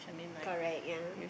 correct ya